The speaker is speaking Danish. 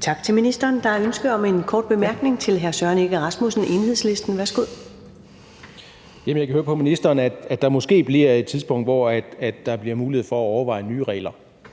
Tak til ministeren. Der er ønske om en kort bemærkning fra hr. Søren Egge Rasmussen, Enhedslisten. Værsgo. Kl. 10:29 Søren Egge Rasmussen (EL): Jeg kan høre på ministeren, at der måske bliver et tidspunkt, hvor der bliver mulighed for at overveje nye regler,